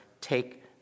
take